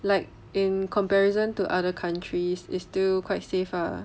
like in comparison to other countries is still quite safe ah